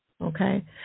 okay